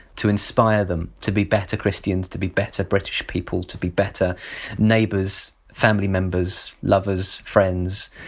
to inspire them to be better christians, to be better british people, to be better neighbours, family members, lovers, friends,